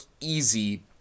easy